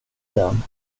den